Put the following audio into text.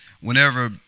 whenever